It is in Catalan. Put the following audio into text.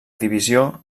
divisió